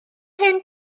hen